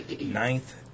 Ninth